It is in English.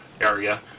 area